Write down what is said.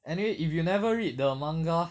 anyway if you never read the manga